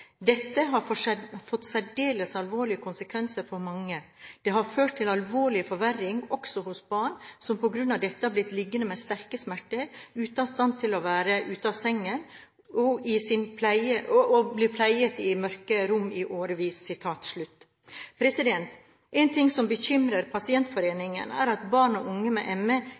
Dette har fått særdeles alvorlige konsekvenser for veldig mange. Det har ført til alvorlig forverring, også hos barn som pga dette har blitt liggende med sterke smerter, ute av stand til å være ute av seng og i pleie i mørke rom i årevis.» En ting som bekymrer pasientforeningen, er at barn og unge med